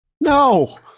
No